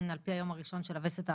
על פי היום הראשון של הווסת האחרונה.